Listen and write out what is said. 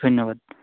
ধন্যবাদ